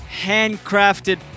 handcrafted